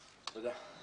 הישיבה ננעלה בשעה